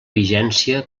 vigència